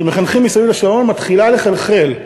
של מחנכים מסביב לשעון, מתחילה לחלחל.